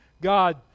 God